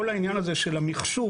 כל העניין של המחשוב,